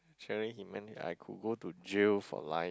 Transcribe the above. generally he meant I could go to jail for life